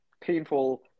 painful